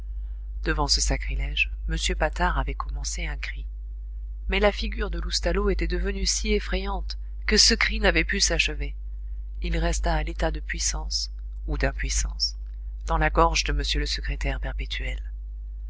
devant ce sacrilège m patard avait commencé un cri mais la figure de loustalot était devenue si effrayante que ce cri n'avait pu s'achever il resta à l'état de puissance ou dimpuissance dans la gorge de m le secrétaire perpétuel